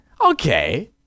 okay